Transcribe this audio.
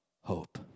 hope